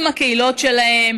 עם הקהילות שלהם,